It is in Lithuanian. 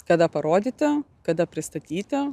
kada parodyti kada pristatyti